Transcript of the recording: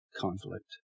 conflict